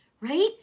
right